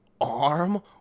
arm